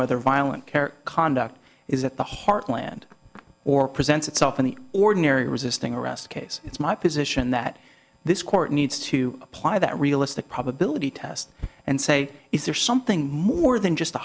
whether violent care conduct is at the heartland or presents itself in the ordinary resisting arrest case it's my position that this court needs to apply that realistic probability test and say is there something more than just a